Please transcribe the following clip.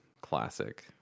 classic